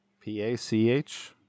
P-A-C-H